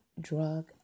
drug